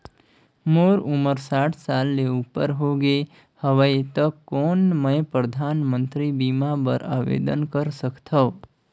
मोर उमर साठ साल ले उपर हो गे हवय त कौन मैं परधानमंतरी बीमा बर आवेदन कर सकथव?